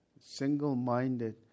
single-minded